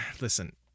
listen